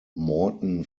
morton